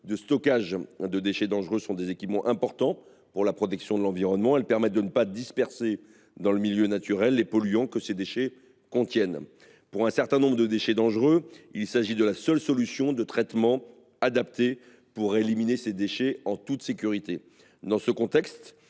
de stockage des déchets dangereux sont des équipements importants pour la protection de l’environnement : elles permettent de ne pas disperser dans le milieu naturel les polluants que ces déchets contiennent. Pour un certain nombre de déchets dangereux, il s’agit de la seule solution de traitement adaptée pour les éliminer en toute sécurité. Dans ce contexte,